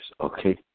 okay